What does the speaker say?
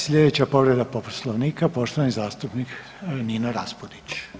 Slijedeća povreda Poslovnika poštovani zastupnik Nino Raspudić.